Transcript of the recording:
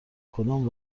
کدام